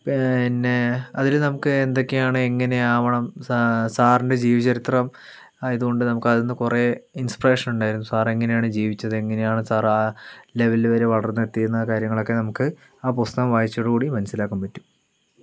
പിന്നെ അതിൽ നമുക്ക് എന്തൊക്കെയാണ് എങ്ങനെയാവണം സാ സാറിൻ്റെ ജീവ ചരിത്രം ആയത് കൊണ്ട് നമുക്ക് അതിൽ നിന്ന് കുറേ ഇൻസ്പിരേഷൻ ഉണ്ടായിരുന്നു സാർ എങ്ങിനെയാണ് ജീവിച്ചത് എങ്ങിനെയാണ് സാറ് ആ ലെവലിൽ വരെ വളർന്ന് എത്തിയതെന്ന കാര്യങ്ങളൊക്കെ നമുക്ക് ആ പുസ്തകം വായിച്ചതോടുകൂടി മനസ്സിലാക്കാൻ പറ്റും